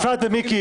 יפעת ומיקי.